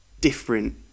different